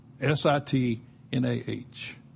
S-I-T-N-A-H